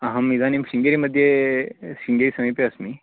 अहम् इदानीं शृङ्गेरि मध्ये शृङ्गेरि समीपे अस्मि